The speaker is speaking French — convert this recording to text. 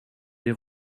des